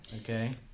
okay